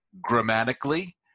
grammatically